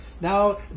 Now